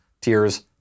tiers